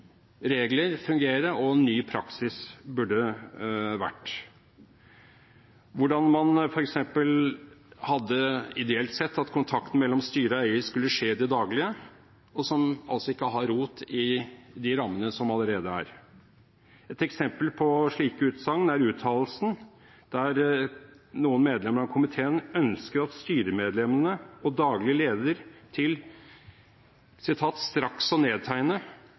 regler fungere og ny praksis burde vært – hvordan man f.eks. hadde ideelt sett at kontakten mellom styret og eier skulle skje i det daglige, som altså ikke har rot i de rammene som allerede er. Et eksempel på slike utsagn er uttalelsen der noen medlemmer av komiteen ønsker at styremedlemmene og daglig leder skal ha plikt til «straks å nedtegne»